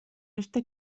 este